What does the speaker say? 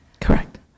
Correct